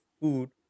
food